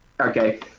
Okay